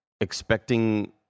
expecting